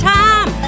time